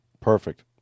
Perfect